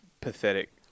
pathetic